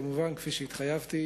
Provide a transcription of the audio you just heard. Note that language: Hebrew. כפי שהתחייבתי,